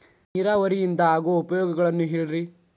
ನೇರಾವರಿಯಿಂದ ಆಗೋ ಉಪಯೋಗಗಳನ್ನು ಹೇಳ್ರಿ